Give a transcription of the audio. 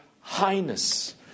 highness